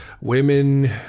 women